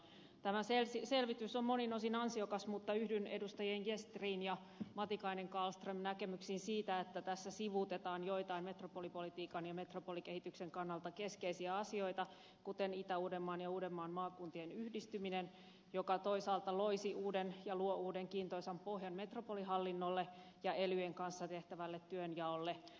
tämä selvitys on monin osin ansiokas mutta yhdyn edustajien gestrin ja matikainen kallström näkemyksiin siitä että tässä sivuutetaan joitain metropolipolitiikan ja metropolikehityksen kannalta keskeisiä asioita kuten itä uudenmaan ja uudenmaan maakuntien yhdistyminen joka toisaalta luo uuden kiintoisan pohjan metropolihallinnolle ja elyjen kanssa tehtävälle työnjaolle